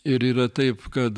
ir yra taip kad